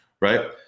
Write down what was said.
right